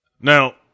now